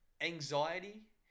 Anxiety